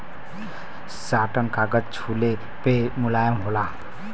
satin कागज छुले पे मुलायम होला